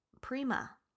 Prima